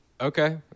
Okay